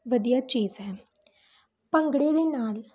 ਵਧੀਆ ਚੀਜ਼ ਹੈ ਭੰਗੜੇ ਦੇ ਨਾਲ